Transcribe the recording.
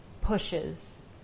pushes